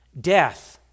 death